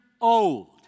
old